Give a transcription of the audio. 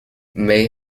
may